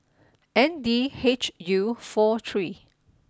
N D H U four three